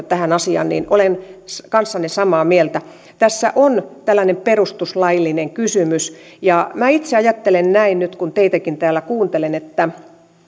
tähän asiaan huomiota olen kanssanne samaa mieltä tässä on tällainen perustuslaillinen kysymys ja minä itse ajattelen näin nyt kun teitäkin täällä kuuntelen että